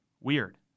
Weird